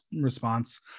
response